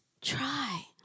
try